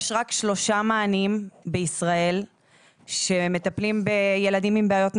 יש רק שלושה מענים בישראל שמטפלים בילדים עם בעיות נפשיות.